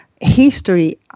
history